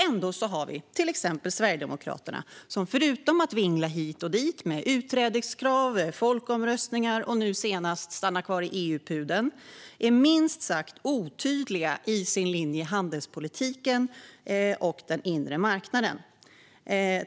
Ändå har vi till exempel Sverigedemokraterna som, förutom att vingla hit och dit med krav på utträde och folkomröstningar och nu senast stanna-kvar-i-EU-pudeln, är minst sagt otydliga i sin linje gällande handelspolitiken och den inre marknaden.